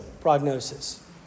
prognosis